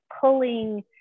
pulling